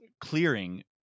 clearing